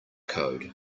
code